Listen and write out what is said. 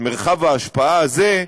את מרחב ההשפעה הזה,